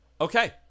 Okay